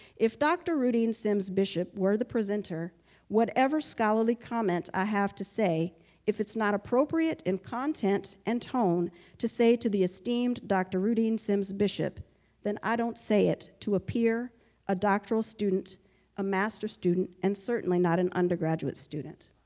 if dr routine sims bishop were the presenter whatever scholarly comment i have to say if it's not appropriate in content and tone to say to the esteemed. dr routine sims bishop then i don't say it to appear a doctoral student a master student and certainly not an undergraduate student